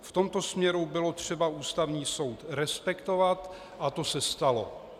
V tomto směru bylo třeba Ústavní soud respektovat, a to se stalo.